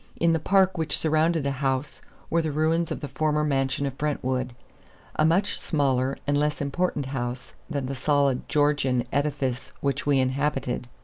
in the park which surrounded the house were the ruins of the former mansion of brentwood a much smaller and less important house than the solid georgian edifice which we inhabited.